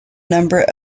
number